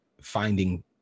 finding